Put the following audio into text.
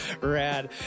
Rad